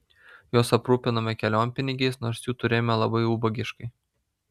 juos aprūpinome kelionpinigiais nors jų turėjome labai ubagiškai